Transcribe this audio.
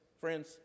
friends